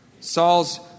Saul's